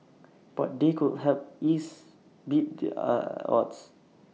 but they could help ease beat the odds